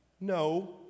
No